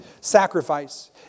sacrifice